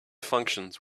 functions